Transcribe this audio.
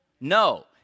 No